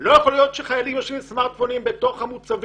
אבל לא יכול להיות שחיילים יושבים עם סמרטפונים בתוך המוצבים,